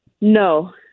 No